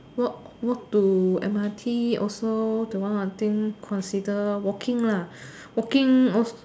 walk walk to M_R_T also the one of things consider walking lah walking also